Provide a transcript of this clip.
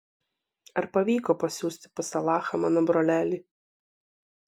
ar pavyko pasiųsti pas alachą mano brolelį